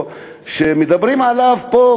שמדברים עליו גם פה,